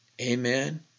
Amen